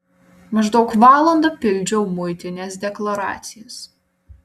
maždaug valandą pildžiau muitinės deklaracijas